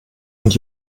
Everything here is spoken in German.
und